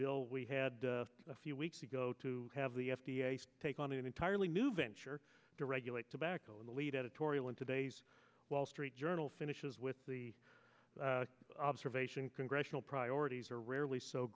bill we had a few weeks ago to have the f d a take on an entirely new venture to regulate tobacco in the lead editorial in today's wall street journal finishes with the observation congressional priorities are rarely so